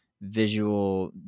visual